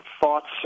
thoughts